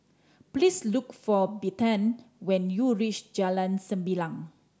please look for Bethann when you reach Jalan Sembilang